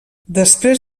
després